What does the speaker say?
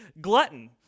glutton